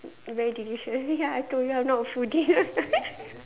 very delicious ya I told you I'm not a foodie